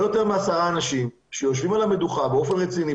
לא יותר מעשרה אנשים שיושבים על המדוכה באופן רציני,